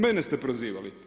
Mene ste prozivali?